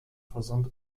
versand